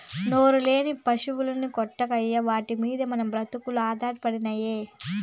నోరులేని పశుల్ని కొట్టకయ్యా వాటి మిందే మన బ్రతుకులు ఆధారపడినై